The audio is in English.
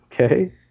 Okay